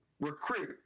recruit